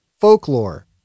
folklore